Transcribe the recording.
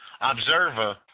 Observer